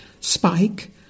Spike